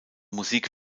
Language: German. musik